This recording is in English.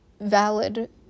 valid